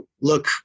look